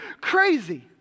crazy